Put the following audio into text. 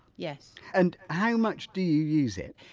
yes and how much do you use it?